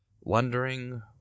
Wondering